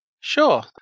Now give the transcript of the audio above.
Sure